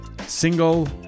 single